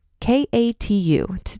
KATU